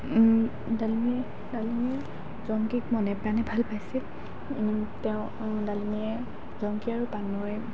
ডালিমি ডালিমি জংকীক মনে প্ৰাণে ভাল পাইছিল তেওঁ ডালিমিয়ে জংকী আৰু পানৈ